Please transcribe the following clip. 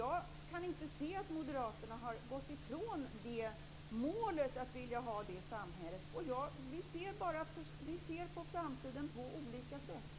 Jag kan inte se att moderaterna har gått ifrån målet om det samhället. Vi ser på framtiden på olika sätt.